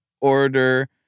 order